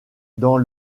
dans